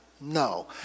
no